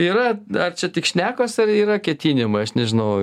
yra ar čia tik šnekos ar yra ketinimai aš nežinau